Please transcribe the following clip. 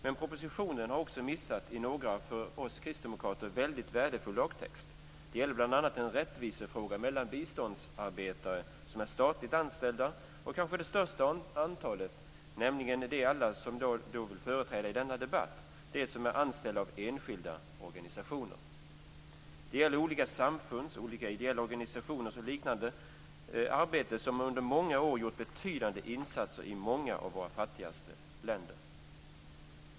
Men propositionen har också missat i några för oss kristdemokrater väldigt värdefulla lagtexter. Det gäller bl.a. en rättvisefråga mellan biståndsarbetare som är statligt anställda och det kanske största antalet, nämligen alla som jag vill företräda i denna debatt, de som är anställda av enskilda organisationer. Det gäller olika samfund, ideella organisationer och liknande som under många år gjort betydande insatser i många av våra fattigaste länder.